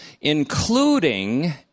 including